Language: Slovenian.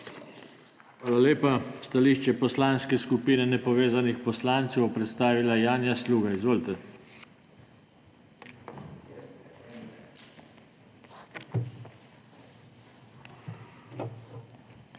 Hvala lepa. Stališče Poslanske skupine nepovezanih poslancev bo predstavila Janja Sluga. Izvolite. JANJA SLUGA